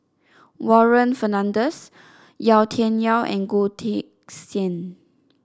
Warren Fernandez Yau Tian Yau and Goh Teck Sian